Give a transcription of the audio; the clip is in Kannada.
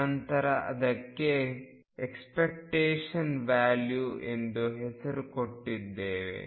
ಅನಂತರ ಅದಕ್ಕೆ ಎಕ್ಸ್ಪೆಕ್ಟೇಶನ್ ವ್ಯಾಲ್ಯೂ ಎಂದು ಹೆಸರು ಕೊಟ್ಟಿದ್ದೇವೆ